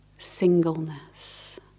Singleness